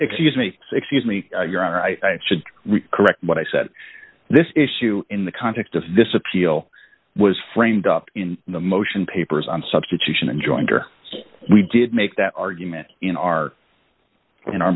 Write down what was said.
excuse me excuse me your honor i should correct what i said this issue in the context of this appeal was framed up in the motion papers on substitution and jointer we did make that argument in our in our